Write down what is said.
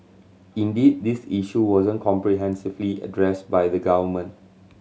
indeed this issue wasn't comprehensively addressed by the government